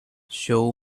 show